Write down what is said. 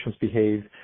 behave